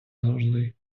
завжди